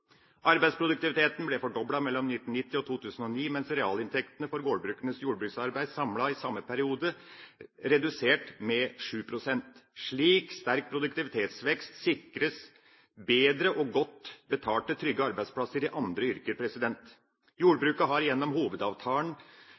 Arbeidsproduktiviteten ble fordoblet mellom 1990 og 2009, mens realinntektene for gårdbrukernes jordbruksarbeid samlet i samme periode ble redusert med 7 pst. Slik sterk produktivitetsvekst sikrer bedre og godt betalte trygge arbeidsplasser i andre yrker. Jordbruket har gjennom hovedavtalen